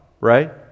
Right